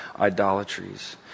idolatries